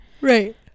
Right